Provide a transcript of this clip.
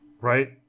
Right